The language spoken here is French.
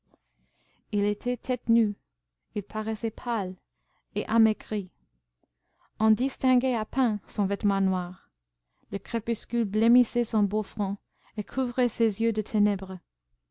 il était tête nue il paraissait pâle et amaigri on distinguait à peine son vêtement noir le crépuscule blêmissait son beau front et couvrait ses yeux de ténèbres